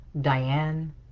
Diane